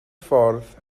ffordd